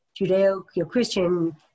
Judeo-Christian